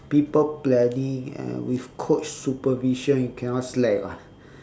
people planning and with coach supervision you cannot slack [what]